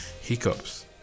hiccups